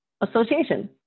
Association